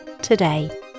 today